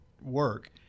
work